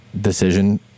decision